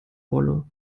wolle